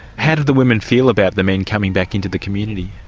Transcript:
how do the women feel about the men coming back into the community?